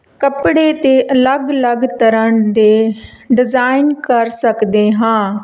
ਕੱਪੜੇ 'ਤੇ ਅਲੱਗ ਅਲੱਗ ਤਰ੍ਹਾਂ ਦੇ ਡਿਜ਼ਾਇਨ ਕਰ ਸਕਦੇ ਹਾਂ